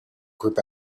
group